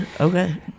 okay